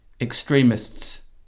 extremists